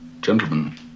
Gentlemen